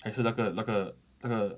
还是那个那个那个